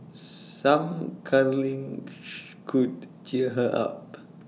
some cuddling could cheer her up